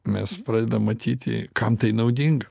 mes pradedam matyti kam tai naudinga